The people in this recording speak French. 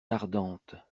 ardente